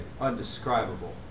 undescribable